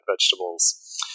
vegetables